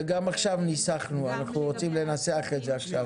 וגם עכשיו ניסחנו, אנחנו רוצים לנסח את זה עכשיו.